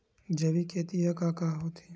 जैविक खेती ह का होथे?